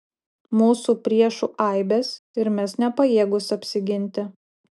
mūsų priešų aibės ir mes nepajėgūs apsiginti